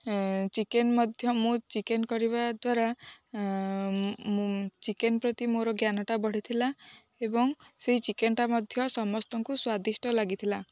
chicken ମଧ୍ୟ ମୁଁ chicken କରିବା ଦ୍ୱାରା ଚିକେନ ପ୍ରତି ମୋର ଜ୍ଞାନଟା ବଢ଼ିଥିଲା ଏବଂ ସେଇ ଚିକେନଟା ମଧ୍ୟ ସମସ୍ତଙ୍କୁ ସ୍ୱାଦିଷ୍ଟ ଲାଗିଥିଲା